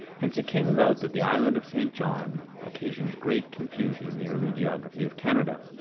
hence it came about that the island of st john occasions great confusion in the early geography of canada.